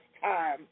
time